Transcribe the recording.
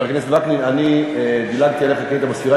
אני דילגתי עליך כי היית בספירה,